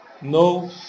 no